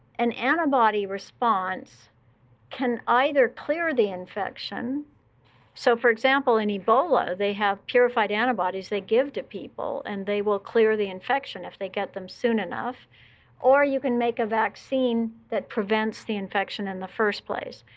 an antibody response can either clear the infection so for example, in ebola they have purified antibodies they give to people, and they will clear the infection if they get them soon enough or you can make a vaccine that prevents the infection in the first place.